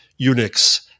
Unix